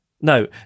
No